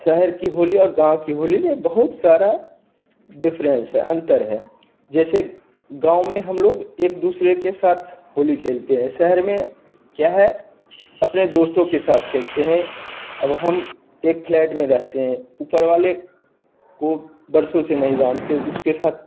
शहर की होली और गाँव की होली में बहुत सारा डिफ्रेंस है अंतर है जैसे गाँव में हम लोग एक दूसरे के साथ होली खेलते शहर में क्या है अपने दोस्तों के साथ खेलते हैं अब हम एक फ्लैट में रहते हैं ऊपर वाले को वर्षों से नहीं जानते उसके साथ